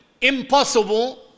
impossible